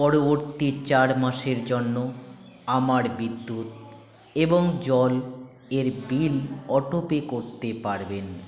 পরবর্তী চার মাসের জন্য আমার বিদ্যুৎ এবং জল এর বিল অটো পে করতে পারবেন